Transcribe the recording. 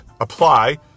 apply